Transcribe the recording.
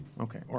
Okay